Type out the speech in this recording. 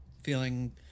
feeling